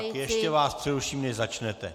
Ještě vás přeruším, než začnete.